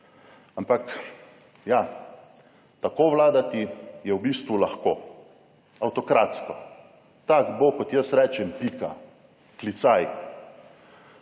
Ampak ja, tako vladati je v bistvu lahko avtokratsko. Tako bo, kot jaz rečem, pika klicaj.